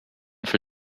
for